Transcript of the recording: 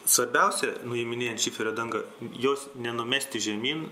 svarbiausia nuiminėjant šiferio dangą jos nenumesti žemyn